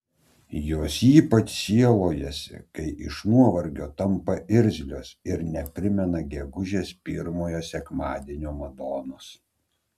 jos ypač sielojasi kai iš nuovargio tampa irzlios ir neprimena gegužės pirmojo sekmadienio madonos